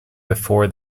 before